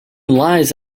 lies